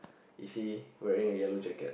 is he wearing a yellow jacket